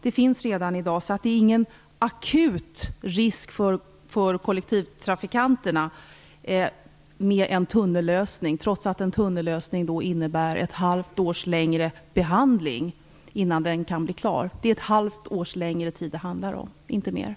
Det finns redan i dag. Därför finns det inte någon akut risk för kollektivtrafikanterna med en tunnellösning, trots att en tunnellösning innebär ett halvt års längre behandling. Det handlar alltså om ett halvt års längre tid, inte mer, innan det kan bli klart.